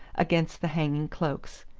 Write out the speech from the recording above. against the hanging cloaks.